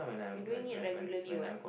you doing it regularly what